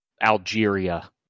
Algeria